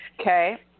Okay